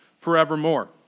forevermore